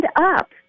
up